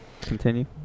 continue